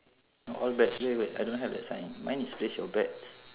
no all bets wait wait I don't have that sign mine is place your bets